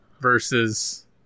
versus